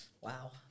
Wow